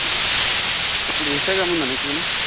ఇప్పుడు ఇంస్టాగ్రామ్ ఉందా నీకు వినయ్